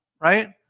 right